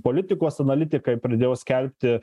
politikos analitikai pradėjo skelbti